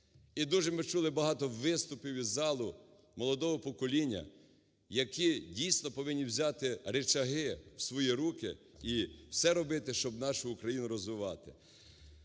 І дуже ми чули багато виступів із залу молодого покоління, які, дійсно, повинні взяти ричаги в свої руки і все робити, щоб нашу Україну розвивати.